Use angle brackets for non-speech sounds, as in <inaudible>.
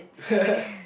<laughs>